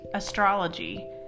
astrology